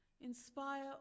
Inspire